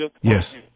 Yes